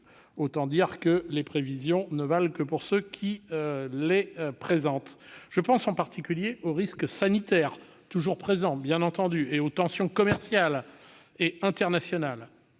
prudent. Bref, les prévisions ne valent que pour ceux qui les présentent ... Je pense en particulier aux risques sanitaires, toujours présents, et aux tensions commerciales et internationales.